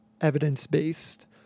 evidence-based